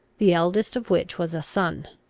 the eldest of which was a son.